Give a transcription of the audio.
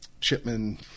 Chipman